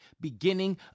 beginning